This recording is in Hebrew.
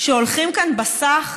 שהולכים כאן בסך,